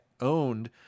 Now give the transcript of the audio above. owned